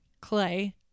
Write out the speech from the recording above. Clay